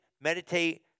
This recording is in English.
Meditate